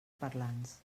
parlants